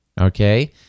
Okay